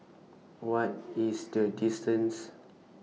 What IS The distance